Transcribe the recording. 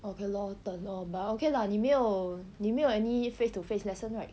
okay lor 等 lor but okay lah 你没有你没有 any face to face lesson right